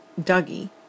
Dougie